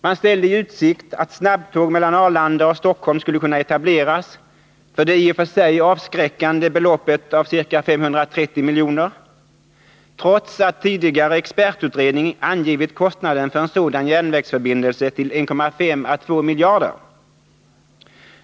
Man ställde i utsikt att snabbtåg mellan Arlanda och Stockholm skulle kunna etableras för det i och för sig avskräckande beloppet ca 530 miljoner, trots att tidigare expertutredning angivit kostnaden för en sådan järnvägsförbindelse till 1,5 å 2 miljarder.